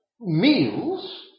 meals